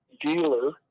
Dealer